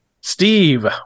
Steve